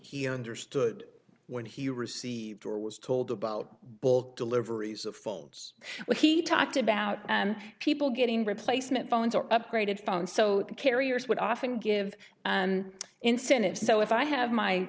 he understood when he received or was told about bull deliveries of phones but he talked about people getting replacement phones or upgraded phones so carriers would often give incentives so if i have my